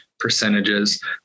percentages